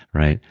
right?